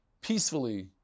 peacefully